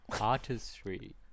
artistry